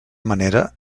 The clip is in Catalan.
manera